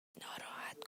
ناراحت